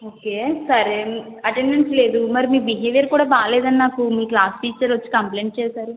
okay సరే attendance లేదు మరి మీ బిహేవియర్ కూడా బాగాలేదని నాకు మీ క్లాస్ టీచర్ వచ్చి కంప్లైంట్ చేశారు